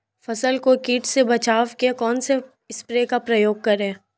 फसल को कीट से बचाव के कौनसे स्प्रे का प्रयोग करें?